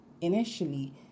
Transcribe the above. initially